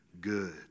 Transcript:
Good